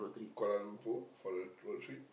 Kuala-Lumpur for the road trip